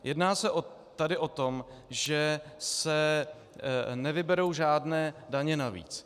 Jedná se tady o to, že se nevyberou žádné daně navíc.